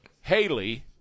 Haley